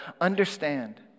understand